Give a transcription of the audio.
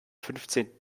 fünfzehnten